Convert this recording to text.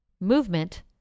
movement